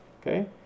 okay